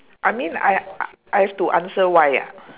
I mean I I have to answer why ah